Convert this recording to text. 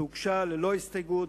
שהוגשה ללא הסתייגות,